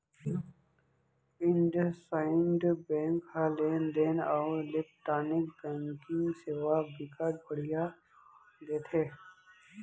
IndusInd bank ह लेन देन अउ इलेक्टानिक बैंकिंग सेवा बिकट बड़िहा देथे